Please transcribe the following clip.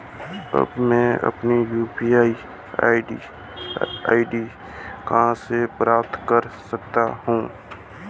अब मैं अपनी यू.पी.आई आई.डी कहां से प्राप्त कर सकता हूं?